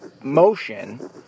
motion